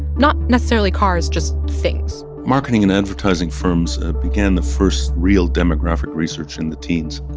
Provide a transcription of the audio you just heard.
not necessarily cars just things marketing and advertising firms began the first real demographic research in the teens.